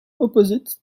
opposites